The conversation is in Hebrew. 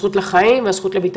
הזכות לחיים והזכות לביטחון.